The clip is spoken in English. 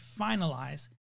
finalize